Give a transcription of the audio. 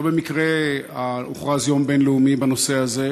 לא במקרה הוכרז יום בין-לאומי בנושא הזה,